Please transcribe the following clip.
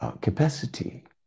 capacity